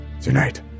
tonight